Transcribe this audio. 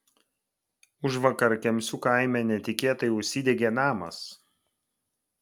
užvakar kemsių kaime netikėtai užsidegė namas